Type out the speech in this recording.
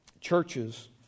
churches